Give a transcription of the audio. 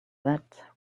that